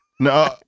No